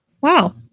Wow